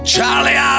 Charlie